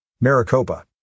Maricopa